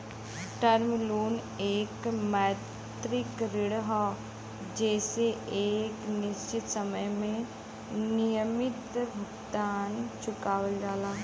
term loan एक मौद्रिक ऋण हौ जेसे एक निश्चित समय में नियमित भुगतान चुकावल जाला